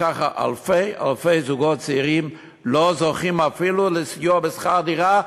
וכך אלפי אלפי זוגות צעירים לא זוכים אפילו לסיוע בשכר דירה,